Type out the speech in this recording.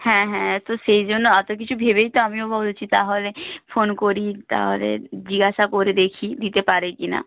হ্যাঁ হ্যাঁ তো সেই জন্য অত কিছু ভেবেই তো আমিও বলছি তাহলে ফোন করি তাহলে জিজ্ঞাসা করে দেখি দিতে পারে কি না